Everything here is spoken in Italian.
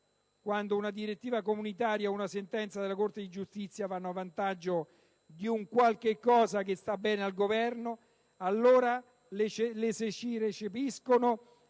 quando una direttiva comunitaria o una sentenza della Corte di giustizia vanno a vantaggio di un qualcosa che sta bene al Governo, allora vengono recepite,